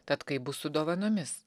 tad kaip bus su dovanomis